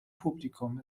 publikum